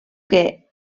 que